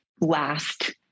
last